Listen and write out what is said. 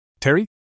Terry